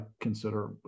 consider